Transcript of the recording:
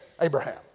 Abraham